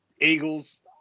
eagles